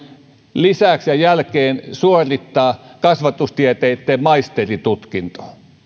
lisäksi ja jälkeen suorittaa kasvatustieteitten maisteritutkinto